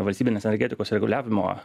valstybinės energetikos reguliavimo